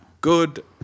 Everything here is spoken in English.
good